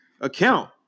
account